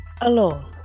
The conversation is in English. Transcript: alone